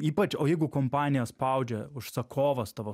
ypač o jeigu kompaniją spaudžia užsakovas tavo